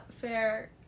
fair